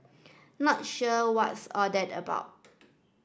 not sure what's all that about